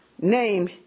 name